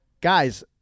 guys